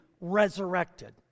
resurrected